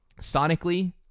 sonically